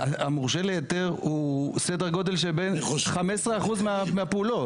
המורשה להיתר הוא סדר גודל שבין 15% מהפעולות.